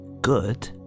good